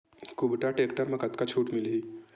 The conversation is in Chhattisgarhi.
कुबटा टेक्टर म कतका छूट मिलही?